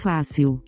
Fácil